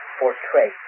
portray